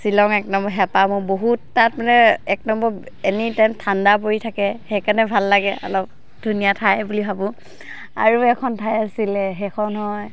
শ্বিলং এক নম্বৰ হেঁপাহ বহুত তাত মানে এক নম্বৰ এনিটাইম ঠাণ্ডা পৰি থাকে সেইকাৰণে ভাল লাগে অলপ ধুনীয়া ঠাই বুলি ভাবোঁ আৰু এখন ঠাই আছিলে সেইখন হয়